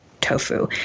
tofu